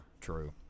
true